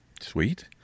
Sweet